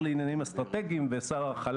אין לי דבר וחצי דבר לא לש"ס ולא לליכוד.